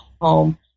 home